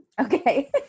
okay